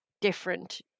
different